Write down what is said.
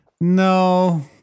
No